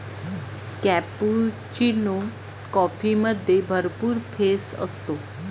cappuccino कॉफीमध्ये भरपूर फेस असतो